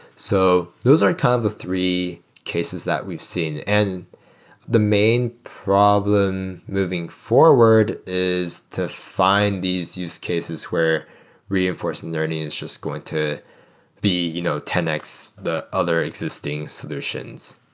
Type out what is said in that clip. so those are kind of the three cases that we've seen. and the main problem moving forward is to find these use cases where reinforcement learning is just going to be you know ten x the other existing solutions.